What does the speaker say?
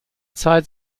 zeit